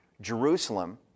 Jerusalem